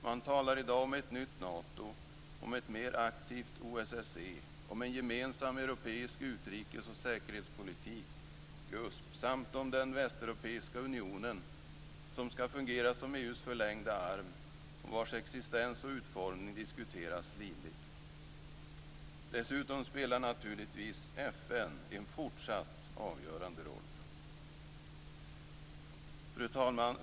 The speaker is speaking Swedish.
Man talar i dag om ett nytt Nato, om ett mer aktivt OSSE, om en gemensam europeisk utrikes och säkerhetspolitik, GUSP, samt om den västeuropeiska unionen som skall fungera som EU:s förlängda arm och vars existens och utformning diskuteras livligt. Dessutom spelar naturligtvis FN en fortsatt avgörande roll. Fru talman!